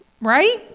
right